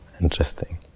Interesting